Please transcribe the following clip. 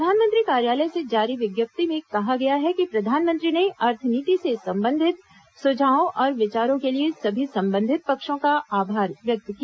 प्रधानमंत्री कार्यालय से जारी विज्ञप्ति मे कहा गया है कि प्रधानमंत्री ने अर्थनीति से संबंधित सुझावों और विचारों के लिए सभी संबंधित पक्षों का आभार व्यक्त किया